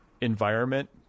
environment